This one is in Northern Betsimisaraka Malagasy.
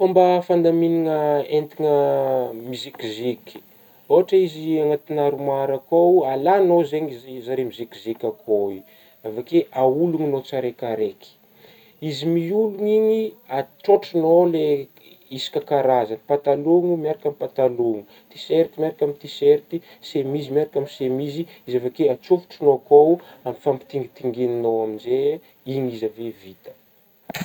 Fômba fandaminana entana mizekizeky ôhatra izy anaty armoir koa alanao zegny zare mizekizeky akeo io avy eo koa aholonognao tsiraikaraiky, izy miolona igny atrôtranao ilay isaky karazany patalogno miaraka aminah patalogno tiserty miaraka aminah tiserty semizy miaraka amin'ny semizy, izy avy eo koa atsofotranao koa ampifampitingitingininao amin'izey ,igny izy avy eo vita.